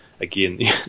again